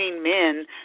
men